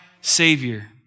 Savior